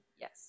Yes